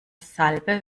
salbe